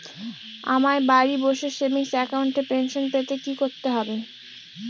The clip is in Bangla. আমায় বাড়ি বসে সেভিংস অ্যাকাউন্টে পেনশন পেতে কি কি করতে হবে?